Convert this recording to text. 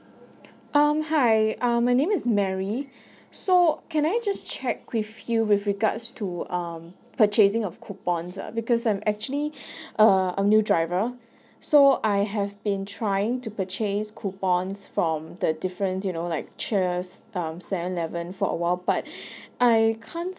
um hi uh my name is mary so can I just check with you with regards to um purchasing of coupons ah because I'm actually a a new driver so I have been trying to purchase coupons from the different you know like cheers um seven eleven for a while but I can't